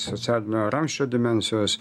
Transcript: socialinio ramsčio dimensijos